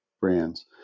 brands